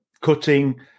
cutting